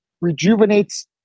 rejuvenates